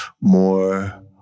more